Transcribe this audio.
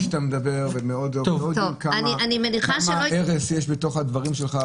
שאתה מדבר והם לא יודעים כמה ארס יש בתוך הדברים שלך,